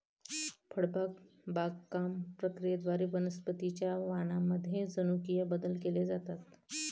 फळबाग बागकाम प्रक्रियेद्वारे वनस्पतीं च्या वाणांमध्ये जनुकीय बदल केले जातात